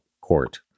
court